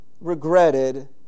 regretted